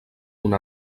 una